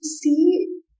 see